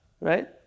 right